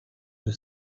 the